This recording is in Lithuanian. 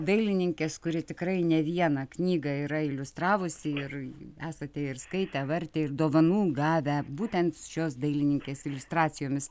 dailininkės kuri tikrai ne vieną knygą yra iliustravusi ir esate ir skaitę vartę ir dovanų gavę būtent šios dailininkės iliustracijomis